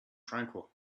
tranquil